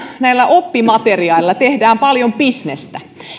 näillä oppimateriaaleilla tehdään paljon bisnestä